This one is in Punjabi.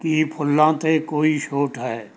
ਕੀ ਫੁੱਲਾਂ 'ਤੇ ਕੋਈ ਛੋਟ ਹੈ